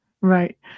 Right